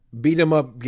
beat-em-up